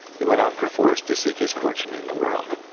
he went out perforce to seek his fortune in the world.